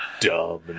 dumb